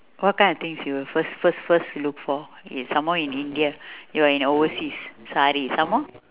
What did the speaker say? what kind of things you will first first first look for is some more in india you're in overseas sari some more